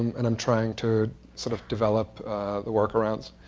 and i'm trying to sort of develop the workarounds.